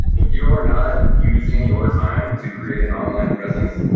if you're not using your time to create an online presence,